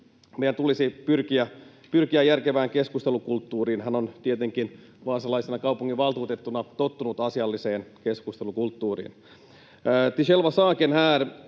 meidän tulisi pyrkiä järkevään keskustelukulttuuriin. Hän on tietenkin vaasalaisena kaupunginvaltuutettuna tottunut asialliseen keskustelukulttuuriin.